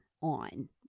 on